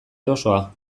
erosoa